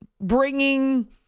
bringing